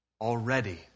Already